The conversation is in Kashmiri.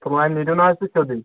پُلوامہِ نیٖرِو نا حظ تُہۍ سیٛودٕے